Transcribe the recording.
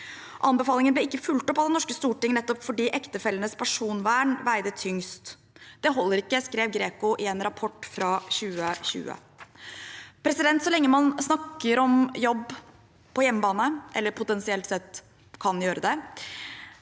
Anbefalingen ble ikke fulgt opp av det norske storting, nettopp fordi ektefellenes personvern veide tyngst. Det holder ikke, skrev GRECO i en rapport fra 2020. Så lenge man snakker om jobb på hjemmebane, eller potensielt kan gjøre det,